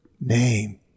name